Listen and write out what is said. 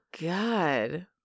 God